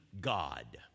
God